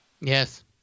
Yes